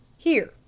here!